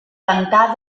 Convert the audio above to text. pantà